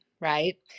right